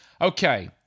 Okay